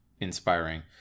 inspiring